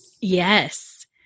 Yes